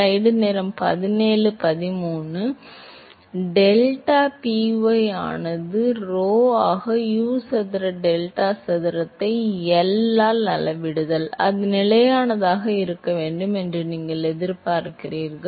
மாணவர் எனவே டெல்டாPy ஆனது rho ஆக u சதுர டெல்டா சதுரத்தை L சதுரத்தால் அளவிடுவதால் அது நிலையானதாக இருக்க வேண்டும் என்று நீங்கள் எதிர்பார்க்கிறீர்கள்